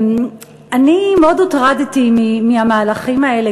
אני מאוד הוטרדתי מהמהלכים האלה.